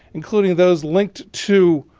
including those linked to